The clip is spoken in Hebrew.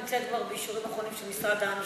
היא נמצאת כבר באישורים אחרונים של משרד המשפטים.